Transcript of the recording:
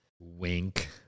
Wink